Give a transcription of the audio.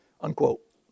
Unquote